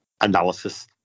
analysis